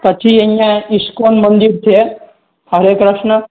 પછી અહીંયાં ઇસ્કોન મંદિર છે હરે ક્રશ્ન